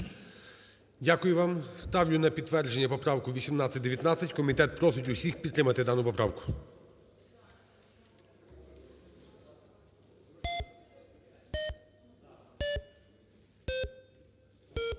Дякую вам. Ставлю на підтвердження поправку 1819. Комітет просить усіх підтримати дану поправку.